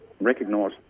recognise